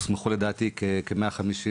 עם איחוד הצלה,